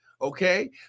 Okay